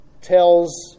tells